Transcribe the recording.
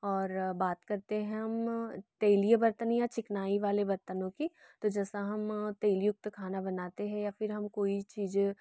और बात करते हैं हम तेलीय बर्तन या चिकनाई वाले बर्तनों की तो जैसा हम तेलयुक्त खाना बनाते हैं या फिर हम कोई चीज़